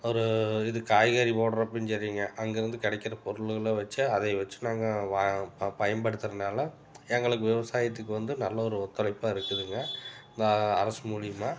ஒரு இது காய்கறி போடுறப்பையும் சரிங்க அங்கேருந்து கிடைக்கிற பொருளுகளை வச்சு அதேவச்சு நாங்கள் வா ப பயன்படுத்துறனால எங்களுக்கு விவசாயத்துக்கு வந்து நல்ல ஒரு ஒத்துழைப்பாக இருக்குதுங்க இந்த அரசு மூலியமாக